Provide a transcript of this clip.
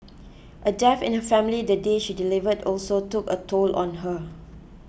a death in her family the day she delivered also took a toll on her